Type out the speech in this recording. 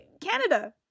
canada